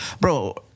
bro